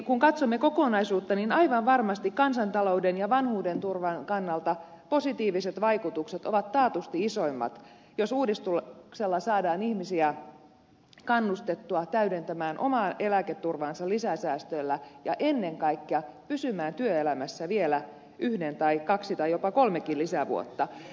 kun katsomme kokonaisuutta niin aivan varmasti kansantalouden ja vanhuudenturvan kannalta positiiviset vaikutukset ovat isoimmat jos uudistuksella saadaan ihmisiä kannustettua täydentämään omaa eläketurvaansa lisäsäästöillä ja ennen kaikkea pysymään työelämässä vielä yhden kaksi tai jopa kolmekin lisävuotta